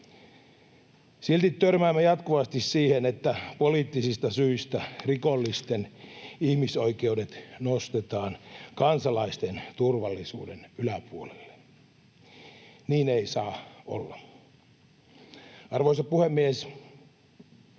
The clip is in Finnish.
Silti törmäämme jatkuvasti siihen, että poliittisista syistä rikollisten ihmisoikeudet nostetaan kansalaisten turvallisuuden yläpuolelle. Niin ei saa olla. Arvoisa puhemies!